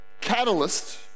catalyst